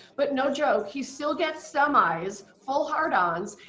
but no joke he still gets semis, full hard-ons,